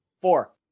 Four